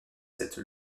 cette